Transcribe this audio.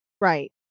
Right